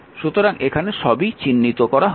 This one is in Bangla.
সুতরাং এখানে সবই চিহ্নিত করা হয়েছে